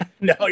No